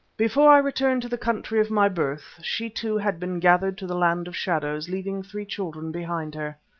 before i returned to the country of my birth, she too had been gathered to the land of shadows, leaving three children behind her.